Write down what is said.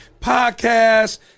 Podcast